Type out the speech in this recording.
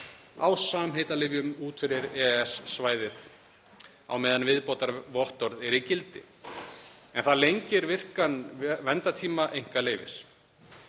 á samheitalyfjum út fyrir EES-svæðið á meðan viðbótarvottorð er í gildi, en það lengir virkan verndartíma einkaleyfis.